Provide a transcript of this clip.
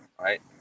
right